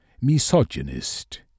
misogynist